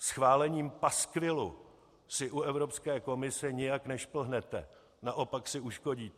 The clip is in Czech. Schválením paskvilu si u Evropské komise nijak nešplhnete, naopak si uškodíte.